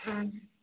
ওম